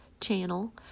channel